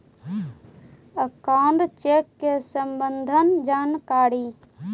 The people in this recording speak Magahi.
अकाउंट चेक के सम्बन्ध जानकारी?